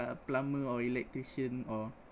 uh plumber or electrician or